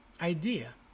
idea